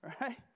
right